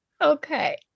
Okay